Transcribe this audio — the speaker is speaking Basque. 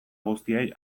guztiei